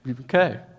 Okay